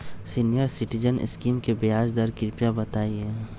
senior citizen scheme के ब्याज दर कृपया बताईं